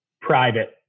private